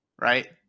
right